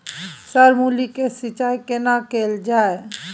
Sir मूली के सिंचाई केना कैल जाए?